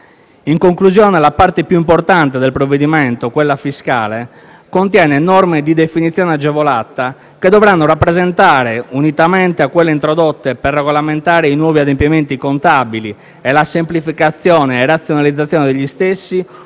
In conclusione, la parte più importante del provvedimento, quella fiscale, contiene norme di definizione agevolata che dovranno rappresentare - unitamente a quelle introdotte per regolamentare i nuovi adempimenti contabili e la semplificazione e razionalizzazione degli stessi